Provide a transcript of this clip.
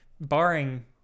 barring